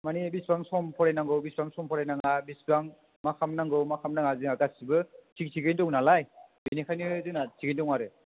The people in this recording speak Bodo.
मानि बेसेबां सम फरायनांगौ बेसेबां सम फरायनाङा बेसेबां मा खालामनांगौ मा खालामनाङा जोंहा गासैबो थिग थिग थिगैनो दं नालाय बेनिखायनो जोंना थिगैनो दं आरो